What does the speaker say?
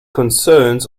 concerns